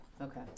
Okay